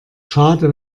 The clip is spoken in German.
schade